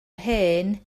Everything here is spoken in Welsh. hen